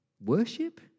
Worship